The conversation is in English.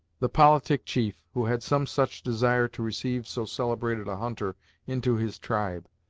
the politic chief, who had some such desire to receive so celebrated a hunter into his tribe,